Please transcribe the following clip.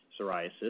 psoriasis